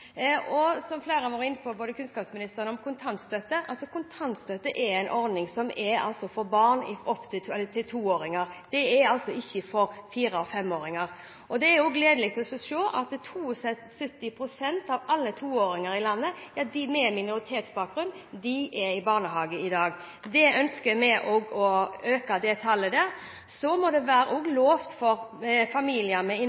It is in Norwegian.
Flere har vært inne på kontantstøtte, også kunnskapsministeren. Kontantstøtte er en ordning som gjelder for barn opp til to år. Det er altså ikke for fireåringer og femåringer. Det er gledelig å se at 72 pst. av alle toåringer i landet med minoritetsbakgrunn er i barnehage i dag. Vi ønsker å øke det tallet. Så må det være lov til, også for familier med